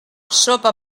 sopa